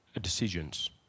decisions